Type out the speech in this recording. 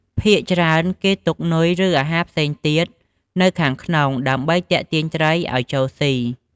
ភាគច្រើនគេដាក់នុយ ឬ អាហារផ្សេងទៀតនៅខាងក្នុង ដើម្បីទាក់ទាញត្រីឲ្យចូលសុី។